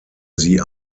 sie